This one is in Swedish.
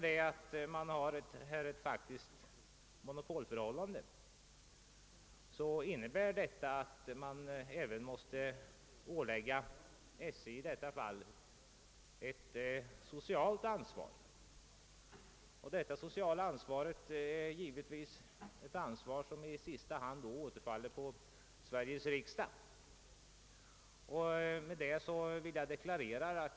Detta att SJ faktiskt har ett monopol innebär att trafikföretaget måste åläggas ett socialt ansvar — som givetvis i sista hand återfaller på Sveriges riksdag.